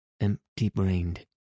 empty-brained